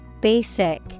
Basic